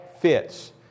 fits